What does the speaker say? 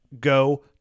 go